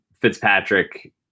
Fitzpatrick